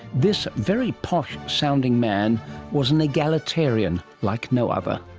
this very posh sounding man was an egalitarian like no other.